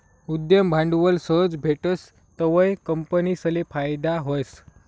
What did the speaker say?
उद्यम भांडवल सहज भेटस तवंय कंपनीसले फायदा व्हस